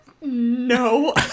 no